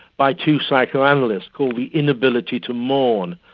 by two psychoanalysts, called the inability to mourn.